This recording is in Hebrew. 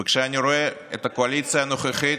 כשאני רואה את הקואליציה הנוכחית,